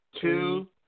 Two